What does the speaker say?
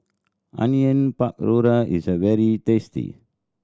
Onion Pakora is very tasty